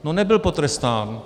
No, nebyl potrestán.